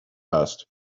asked